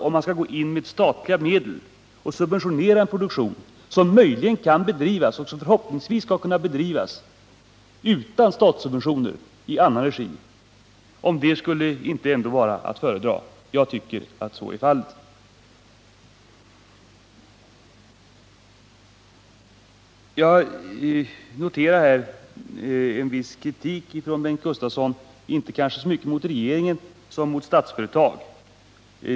Frågan är, om inte ändå en försäljning är att föredra framför att vi skulle gå in med statliga medel och subventionera en produktion, som förhoppningsvis skall kunna bedrivas utan statssubvention i annan regi. Jag tycker att så är fallet. Jag noterar här en viss kritik från Bengt Gustavsson, kanske inte så mycket mot regeringen som mot Statsföretag.